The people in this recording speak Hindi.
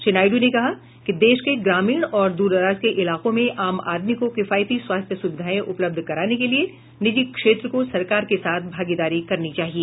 श्री नायड् ने कहा कि देश के ग्रामीण और द्रदराज के इलाकों में आम आदमी को किफायती स्वास्थ्य सुविधायें उपलब्ध कराने के लिए निजी क्षेत्र को सरकार के साथ भागीदारी करनी चाहिए